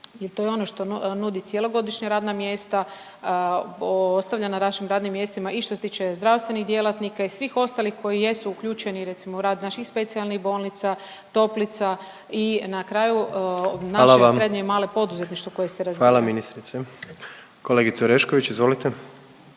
to je ono što nudi cjelogodišnja radna mjesta, ostavlja na našim radnim mjestima i što se tiče zdravstvenih djelatnika i svih ostalih koji jesu uključeni recimo u rad naših specijalnih bolnica, toplica i na kraju…/Upadica predsjednik: Hvala vam./…obnašaju srednje i malo poduzetništvo koje se razvija. **Jandroković, Gordan (HDZ)** Hvala ministrice. Kolegice Orešković izvolite.